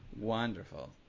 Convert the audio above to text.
wonderful